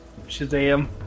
Shazam